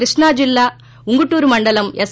కృష్ణా జిల్లా ఉంగుటూరు మండలం ఎస్